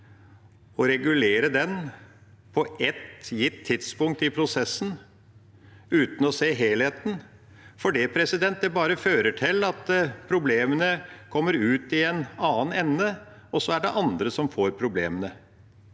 og regulere den på ett gitt tidspunkt i prosessen uten å se helheten, for det fører bare til at problemene kommer ut i en annen ende, og så er det andre som får problemene.